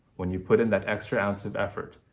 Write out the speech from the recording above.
when you put in that extra ounce of effort,